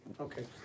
Okay